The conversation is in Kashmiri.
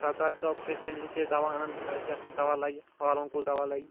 سَرتاج صٲب چھِ اَسہِ تٔمِس نِش چھِ أسۍ دوا اَنان دَپان چھِ یَتھ کُس دَوا لَگہِ ٲلوَن کُس دَوا لَگہِ